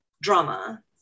drama